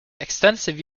extensive